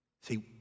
See